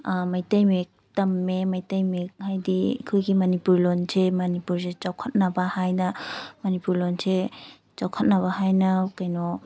ꯃꯩꯇꯩ ꯃꯌꯦꯛ ꯇꯝꯃꯦ ꯃꯩꯇꯩ ꯃꯌꯦꯛ ꯍꯥꯏꯗꯤ ꯑꯩꯈꯣꯏꯒꯤ ꯃꯅꯤꯄꯨꯔꯤ ꯂꯣꯟꯁꯦ ꯃꯅꯤꯄꯨꯔꯁꯦ ꯆꯥꯎꯈꯠꯅꯕ ꯍꯥꯏꯅ ꯃꯅꯤꯄꯨꯔꯤ ꯂꯣꯟꯁꯦ ꯆꯥꯎꯈꯠꯅꯕ ꯍꯥꯏꯅ ꯀꯩꯅꯣ